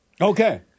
Okay